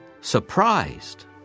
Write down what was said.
surprised